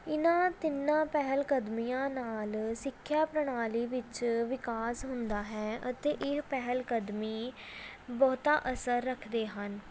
ਇਹਨਾਂ ਤਿੰਨਾਂ ਪਹਿਲ ਕਦਮੀਆਂ ਨਾਲ ਸਿੱਖਿਆ ਪ੍ਰਣਾਲੀ ਵਿੱਚ ਵਿਕਾਸ ਹੁੰਦਾ ਹੈ ਅਤੇ ਇਹ ਪਹਿਲ ਕਦਮੀ ਬਹੁਤਾ ਅਸਰ ਰੱਖਦੇ ਹਨ